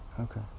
Okay